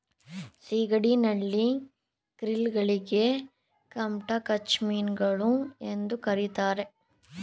ಸಿಗಡಿ, ನಳ್ಳಿ, ಕ್ರಿಲ್ ಗಳನ್ನು ಕಂಟಕಚರ್ಮಿಗಳು ಎಂದು ಕರಿತಾರೆ